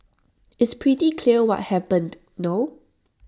it's pretty clear what happened no